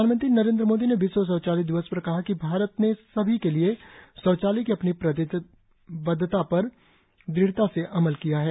प्रधानमंत्री नरेन्द्र मोदी ने विश्व शौचालय दिवस पर कहा कि भारत ने सभी के लिए शौचालय की अपनी वचनबद्वता पर दृढता से अमल किया है